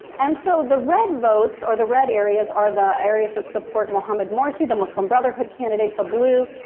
and so, the red votes or the red areas are the areas that support muhammad morsi, the muslim brotherhood candidate, the blue,